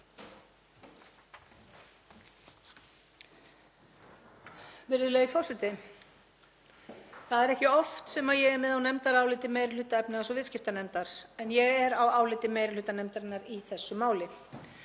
Virðulegi forseti. Það er ekki oft sem ég er með á nefndaráliti meiri hluta efnahags- og viðskiptanefndar en ég er á áliti meiri hluta nefndarinnar í þessu máli.